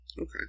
Okay